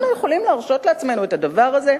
אנחנו יכולים להרשות לעצמנו את הדבר הזה?